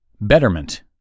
Betterment